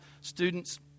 students